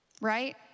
right